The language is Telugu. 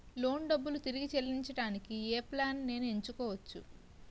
లోన్ డబ్బులు తిరిగి చెల్లించటానికి ఏ ప్లాన్ నేను ఎంచుకోవచ్చు?